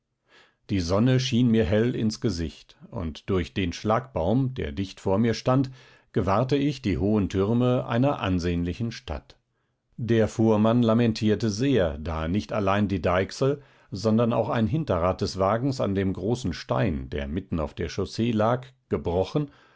die sonne schien mir hell ins gesicht und durch den schlagbaum der dicht vor mir stand gewahrte ich die hohen türme einer ansehnlichen stadt der fuhrmann lamentierte sehr da nicht allein die deichsel sondern auch ein hinterrad des wagens an dem großen stein der mitten auf der chaussee lag gebrochen